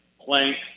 plank